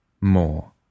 More